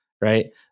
right